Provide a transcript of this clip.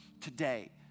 today